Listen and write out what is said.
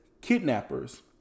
kidnappers